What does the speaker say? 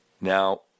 Now